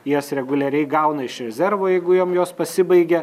jas reguliariai gauna iš rezervo jeigu jom jos pasibaigė